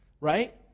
right